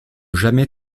jamais